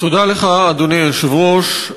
אדוני היושב-ראש,